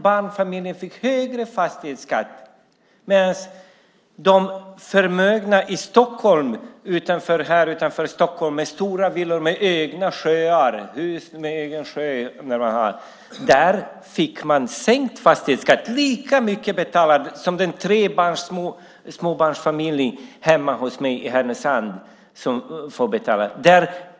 Barnfamiljerna fick högre fastighetsskatt medan de förmögna utanför Stockholm med stora villor vid egna sjöar fick sänkt fastighetsskatt. De betalar lika mycket som en småbarnsfamilj med tre barn hemma hos mig i Härnösand får betala.